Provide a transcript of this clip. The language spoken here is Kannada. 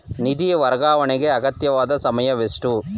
ನಿಧಿ ವರ್ಗಾವಣೆಗೆ ಅಗತ್ಯವಾದ ಸಮಯವೆಷ್ಟು?